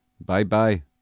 Bye-bye